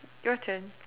your turn